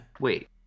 Wait